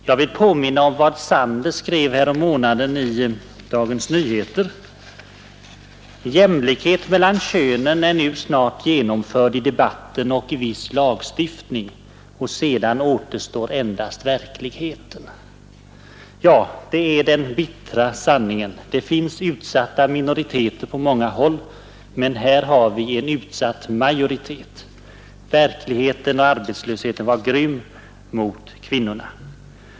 Jag vill påminna om vad Sander skrev härommånaden i Dagens Nyheter: ”Jämlikhet mellan könen är nu snart genomförd i debatten och i viss lagstiftning och sedan återstår endast verkligheten.” Ja, det är den bittra sanningen. Det finns utsatta minoriteter på många håll, men här har vi en utsatt majoritet. Verkligheten och arbetslösheten var grym mot kvinnorna.